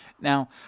Now